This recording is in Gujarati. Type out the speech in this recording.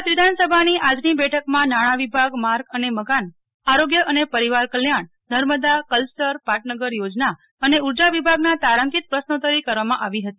ગુજરાત વિધાનસભાની આજની બેઠકમાં નાણાં વિભાગ માર્ગ અને મકાન આરોગ્ય અને પરિવાર કલ્યાણ નર્મદા કલ્પસર પાટનગર યોજના અને ઉર્જા વિભાગના તારાંકિત પ્રશ્નોત્તરી કરવામાં આવી હતી